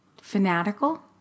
fanatical